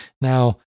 Now